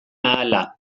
ahala